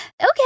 Okay